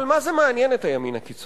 אבל מה זה מעניין את הימין הקיצוני?